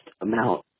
amount